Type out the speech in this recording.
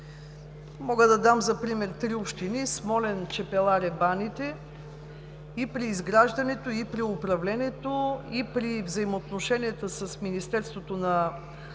Мога да дам за пример три общини: Смолян, Чепеларе, Баните. И при изграждането, и при управлението, и при взаимоотношенията с Министерството на